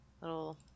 little